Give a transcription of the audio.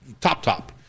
top-top